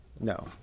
no